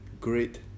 great